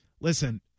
Listen